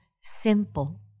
simple